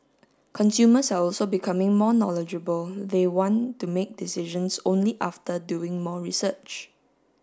consumers are also becoming more knowledgeable they want to make decisions only after doing more research